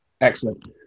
Excellent